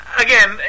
Again